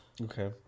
Okay